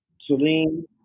Celine